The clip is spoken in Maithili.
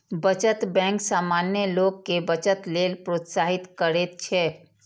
बचत बैंक सामान्य लोग कें बचत लेल प्रोत्साहित करैत छैक